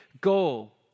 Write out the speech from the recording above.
goal